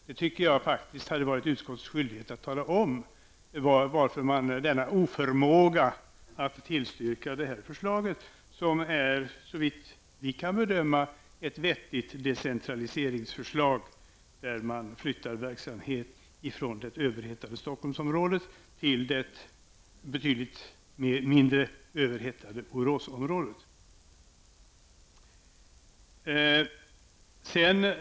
Jag tycker faktiskt att det är utskottets skyldighet att tala om varför man är oförmögen att tillstyrka detta förslag som såvitt vi kan bedöma, är ett vettigt decentraliseringsförslag -- man flyttar verksamhet från det överhettade Stockholmsområdet till det betydligt mindre överhettade Boråsområdet.